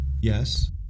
yes